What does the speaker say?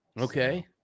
Okay